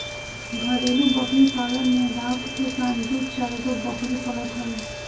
घरेलु बकरी पालन में गांव के किसान दू चारगो बकरी पालत हवे